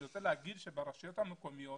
אני רוצה להגיד שברשויות המקומיות